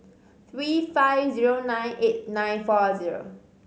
three five zero nine eight nine four zero